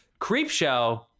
Creepshow